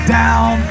down